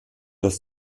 das